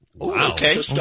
Okay